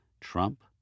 Trump